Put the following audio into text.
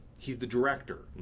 he's the director.